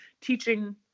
teaching